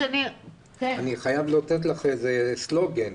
אני חייב לומר לך איזה סלוגן: